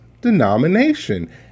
denomination